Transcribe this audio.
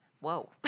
Whoa